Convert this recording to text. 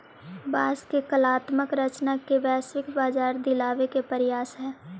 बाँस के कलात्मक रचना के वैश्विक बाजार दिलावे के प्रयास हई